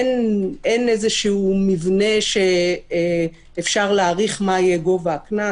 אין איזה שהוא מבנה שאפשר להעריך מה יהיה גובה הקנס.